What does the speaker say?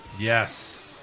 Yes